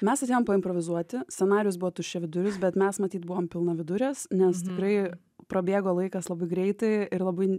mes atėjom paimprovizuoti scenarijus buvo tuščiaviduris bet mes matyt buvom pilnavidurės nes tikrai prabėgo laikas labai greitai ir labai